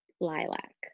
lilac